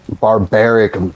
barbaric